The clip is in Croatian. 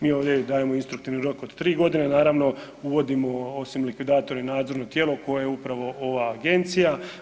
Mi ovdje i dajemo instruktivni rok od 3 godine, naravno uvodimo osim likvidatora i nadzorno tijelo koje upravo je upravo ova agencija.